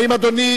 האם אדוני,